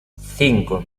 cinco